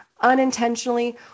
unintentionally